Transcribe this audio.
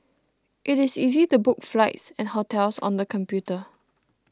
it is easy to book flights and hotels on the computer